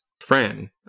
Fran